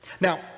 Now